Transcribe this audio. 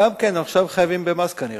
גם כן חייבים עכשיו במס כנראה.